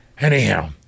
Anyhow